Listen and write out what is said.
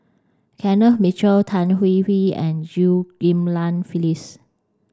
Kenneth Mitchell Tan Hwee Hwee and Chew Ghim Lian Phyllis